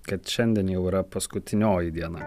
kad šiandien jau yra paskutinioji diena